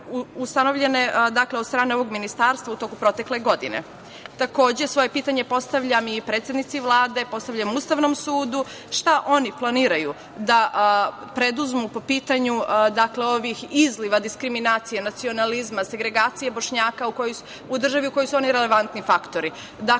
ustanovljene od strane ovog Ministarstva u toku protekle godine. Takođe, svoje pitanje postavljam i predsednici Vlade, postavljam Ustavnom sudu - šta oni planiraju da preduzmu po pitanju ovih izliva diskriminacije, nacionalizma, segregacije Bošnjaka u državi u kojoj su oni relevantni faktori?